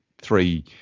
three